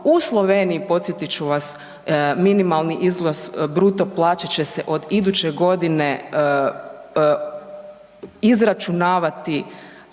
U Sloveniji podsjetit ću vam minimalni izvoz bruto plaće će se od iduće godine izračunavati